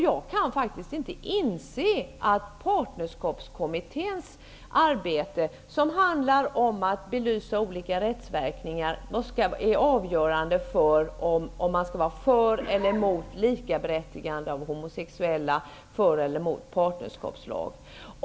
Jag kan inte inse att Partnerskapskommitténs arbete, som handlar om att belysa olika rättsverkningar, är avgörande för om man skall vara för eller emot likaberättigande för homosexuella, för eller emot partnerskapslag.